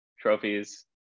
trophies